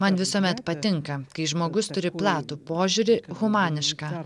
man visuomet patinka kai žmogus turi platų požiūrį humanišką